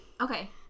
Okay